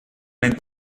nennt